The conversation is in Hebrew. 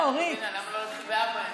למה לא להתחיל בשעה 16:00?